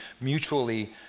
mutually